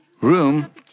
room